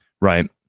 right